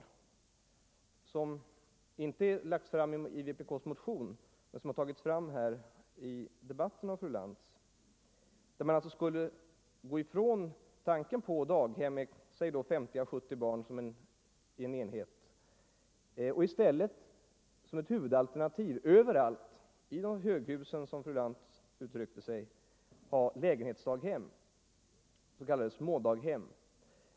Detta finns inte med i vpk:s motion utan det har fru Lantz tagit fram här i debatten. Man skulle alltså gå ifrån tanken på daghem med 50-70 platser som en enhet och i stället som huvudalternativ överallt i höghusen, som fru Lantz uttryckte det, ha lägenhetsdaghem, s.k. smådaghem.